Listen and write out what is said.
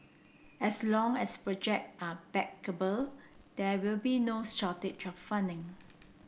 as long as project are bankable there will be no shortage funding